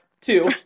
two